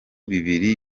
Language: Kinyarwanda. bibiri